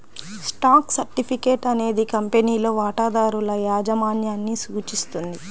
stock certificate అనేది కంపెనీలో వాటాదారుల యాజమాన్యాన్ని సూచిస్తుంది